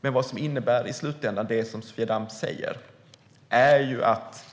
Men vad innebär i slutändan det som Sofia Damm säger? Det innebär att